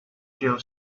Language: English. jill